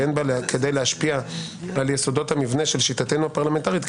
ואין בה כדי להשפיע על יסודות המבנה של שיטתנו הפרלמנטרית,